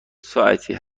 ساعتی